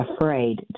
afraid